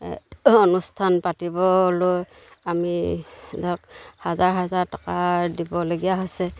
অনুষ্ঠান পাতিবলৈ আমি ধৰক হাজাৰ হাজাৰ টকাৰ দিবলগীয়া হৈছে